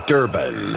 Durban